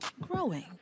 Growing